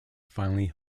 finely